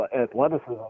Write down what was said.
athleticism